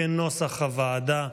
כנוסח הוועדה.